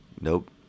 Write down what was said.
Nope